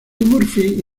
murphy